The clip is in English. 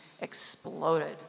exploded